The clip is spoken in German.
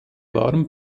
waren